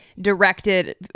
directed